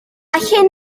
hyn